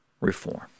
reform